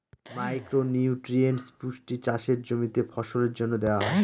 micro nutrients পুষ্টি চাষের জমিতে ফসলের জন্য দেওয়া হয়